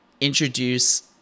introduce